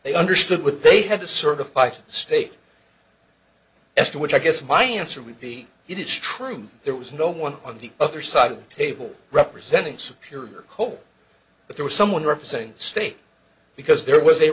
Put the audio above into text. they understood what they had to certify to the state as to which i guess my answer would be it is true there was no one on the other side of the table representing superior coal but there was someone representing the state because there was a